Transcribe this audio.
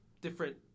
different